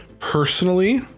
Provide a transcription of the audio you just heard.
Personally